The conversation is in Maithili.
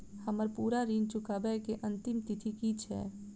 हम्मर पूरा ऋण चुकाबै केँ अंतिम तिथि की छै?